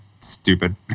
Stupid